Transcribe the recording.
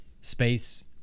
space